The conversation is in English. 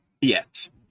yes